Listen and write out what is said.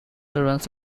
turbines